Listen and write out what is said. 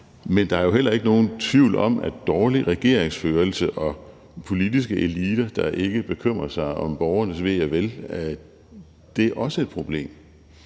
men der er jo heller ikke nogen tvivl om, at dårlig regeringsførelse og politiske eliter, der ikke bekymrer sig om borgernes ve og vel, også er et problem.